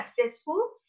successful